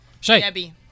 Shay